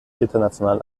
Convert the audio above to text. international